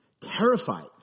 Terrified